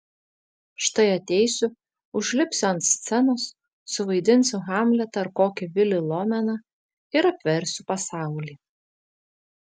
štai ateisiu užlipsiu ant scenos suvaidinsiu hamletą ar kokį vilį lomeną ir apversiu pasaulį